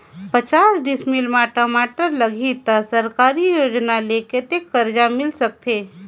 पचास डिसमिल मा टमाटर लगही त सरकारी योजना ले कतेक कर्जा मिल सकथे?